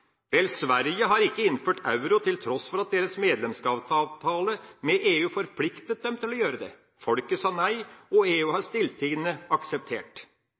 Vel, Sverige har ikke innført euro, til tross for at deres medlemskapsavtale med EU forpliktet dem til å gjøre det. Folket sa nei, og EU har stilltiende akseptert.